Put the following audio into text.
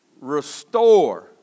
restore